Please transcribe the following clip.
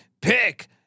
pick